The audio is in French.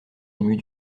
émues